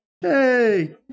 Hey